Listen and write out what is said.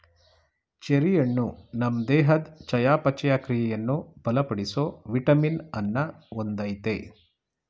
cherry ಹಣ್ಣು ನಮ್ ದೇಹದ್ ಚಯಾಪಚಯ ಕ್ರಿಯೆಯನ್ನು ಬಲಪಡಿಸೋ ವಿಟಮಿನ್ ಅನ್ನ ಹೊಂದಯ್ತೆ